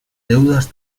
deudas